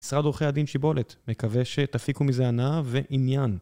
משרד עורכי הדין שיבולת מקווה שתפיקו מזה הנאה ועניין.